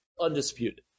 undisputed